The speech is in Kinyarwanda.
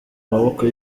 maboko